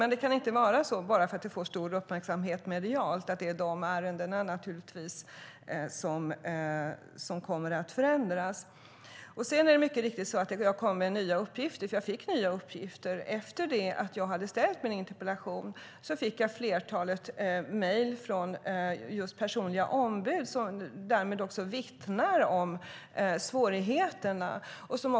Men det kan inte vara så att det bara är de fall som får stor uppmärksamhet medialt som kommer att åtgärdas. Det har mycket riktigt kommit nya uppgifter. Efter det att jag hade ställt min interpellation fick jag ett flertal mejl från personliga ombud som vittnar om svårigheterna.